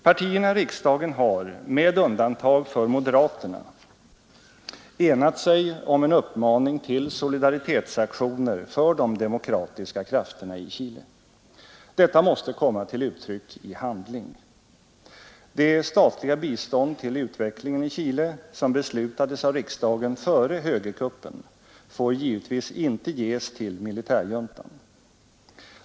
Partierna i riksdagen har — med undantag för moderaterna — enat sig om en uppmaning till solidaritetsaktioner för de demokratiska krafterna i Chile. Detta måste komma till uttryck i handling. Det statliga bistånd till utvecklingen i Chile, som beslutats av riksdagen före högerkuppen, får givetvis inte ges till militärjuntan.